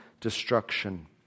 destruction